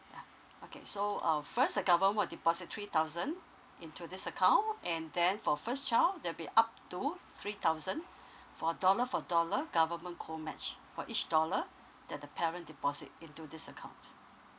ya okay so uh first the government will deposit three thousand into this account and then for first child there'll be up to three thousand for dollar for dollar government call match for each dollar that the parent deposit into this account